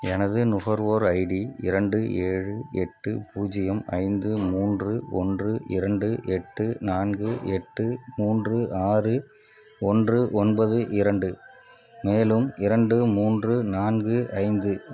எனது நுகர்வோர் ஐடி இரண்டு ஏழு எட்டு பூஜ்ஜியம் ஐந்து மூன்று ஒன்று இரண்டு எட்டு நான்கு எட்டு மூன்று ஆறு ஒன்று ஒன்பது இரண்டு மேலும் இரண்டு மூன்று நான்கு ஐந்து